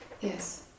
yes